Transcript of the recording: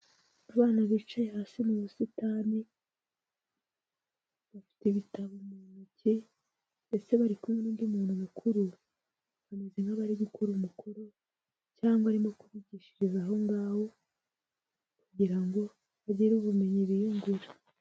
Abana bicaye hasi mu busitani, bafite ibitabo mu ntoki ndetse bari kumwe n'undi muntu mukuru, bameze nk'abari gukora umukoro cyangwa arimo kubigishiriza aho ngaho kugira ngo bagire ubumenyi biyumvire.